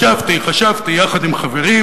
ישבתי, חשבתי יחד עם חברים,